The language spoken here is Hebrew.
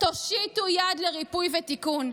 תושיטו יד לריפוי ותיקון.